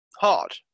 hard